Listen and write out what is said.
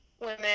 women